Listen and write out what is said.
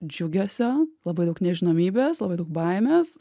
džiugesio labai daug nežinomybės labai daug baimės